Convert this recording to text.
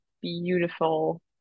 beautiful